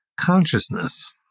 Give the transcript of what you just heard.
consciousness